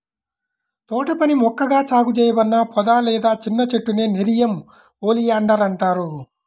తోటపని మొక్కగా సాగు చేయబడిన పొద లేదా చిన్న చెట్టునే నెరియం ఒలియాండర్ అంటారు